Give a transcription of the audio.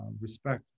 respect